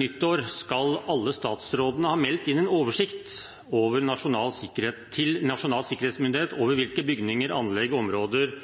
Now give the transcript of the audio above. nyttår skulle alle statsrådene ha meldt inn en oversikt til Nasjonal sikkerhetsmyndighet over hvilke bygninger, anlegg, områder